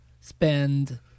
spend